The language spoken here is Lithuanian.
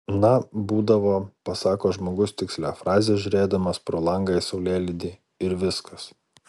na būdavo pasako žmogus tikslią frazę žiūrėdamas pro langą į saulėlydį ir viskas